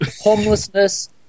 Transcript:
homelessness